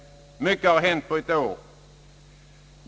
Mycket har hänt på ett år.